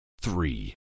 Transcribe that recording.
three